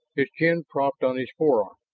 his chin propped on his forearm.